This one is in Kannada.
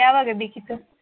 ಯಾವಾಗ ಬೇಕಿತ್ತು